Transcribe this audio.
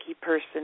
person